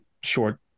short